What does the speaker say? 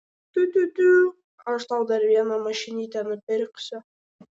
tiu tiu tiū aš tau dar vieną mašinytę nupirksiu